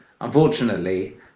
unfortunately